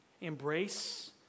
Embrace